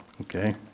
okay